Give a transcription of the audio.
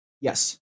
yes